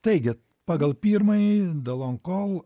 taigi pagal pirmąjį dalon kol